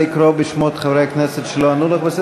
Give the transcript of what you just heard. לקרוא בשמות חברי הכנסת שלא ענו לך.